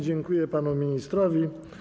Dziękuję panu ministrowi.